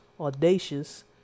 Audacious